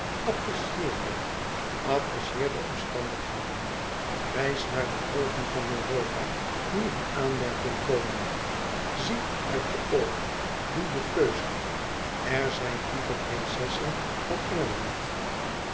apprecieer dat apprecieer de omstandigheden reis naar de hoven van europa die in aanmerking komen zie uit je oogen doe je keuze er zijn lieve prinsessen van engeland